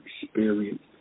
experience